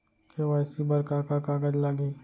KYC बर का का कागज लागही?